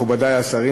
מכובדי השרים,